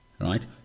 right